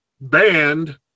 banned